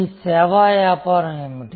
మీ సేవా వ్యాపారం ఏమిటి